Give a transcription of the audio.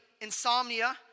insomnia